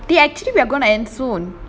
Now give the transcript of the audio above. dey actually we are going to end soon